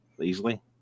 easily